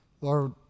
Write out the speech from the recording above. Lord